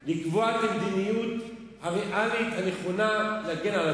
למה, לא יודע מה לעשות.